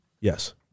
Yes